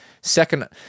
Second